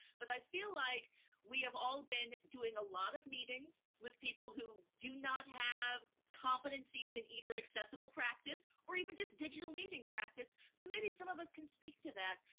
but i feel like we have all been doing a lot of meetings with people who do not have competencies in either accessible practice or even just digital meeting practice, so maybe some of us can speak to that.